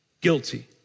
Guilty